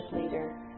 leader